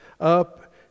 up